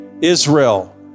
Israel